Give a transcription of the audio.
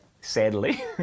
sadly